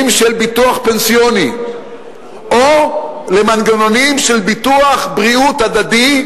של ביטוח פנסיוני או למנגנונים של ביטוח בריאות הדדי,